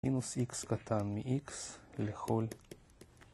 מינוס x קטן מ-x לכל